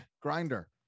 grinder